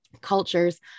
cultures